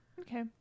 Okay